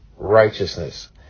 righteousness